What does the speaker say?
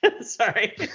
Sorry